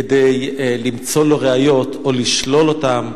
כדי למצוא לו ראיות או לשלול אותן.